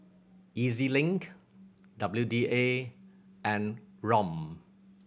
E Z Link W D A and ROM